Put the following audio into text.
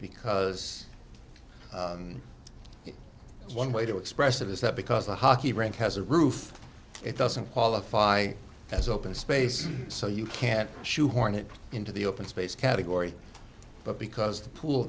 because one way to express it is that because a hockey rink has a roof it doesn't qualify as open space so you can't shoehorn it into the open space category but because the pool